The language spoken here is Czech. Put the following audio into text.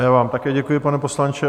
Já vám také děkuji, pane poslanče.